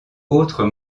autres